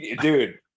Dude